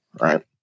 right